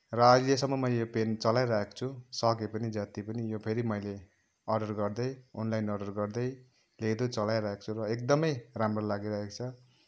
र अहिलेसम्म मैले यो पेन चलाइरहेको छु सके पनि जति पनि यो फेरि मैले अर्डर गर्दै अनलाइन अर्डर गर्दै लेख्दै चलाइरहेको छु र एकदमै राम्रो लागिरहेको छ